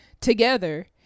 together